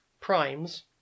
primes